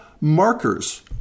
markers